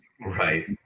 Right